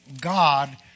God